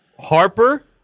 Harper